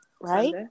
Right